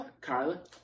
Carla